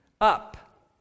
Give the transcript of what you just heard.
up